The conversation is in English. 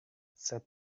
said